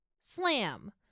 Slam